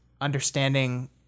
understanding